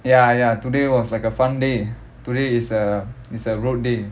ya ya today was like a fun day today is a is a road day